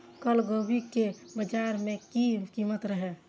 कल गोभी के बाजार में की कीमत रहे?